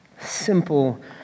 simple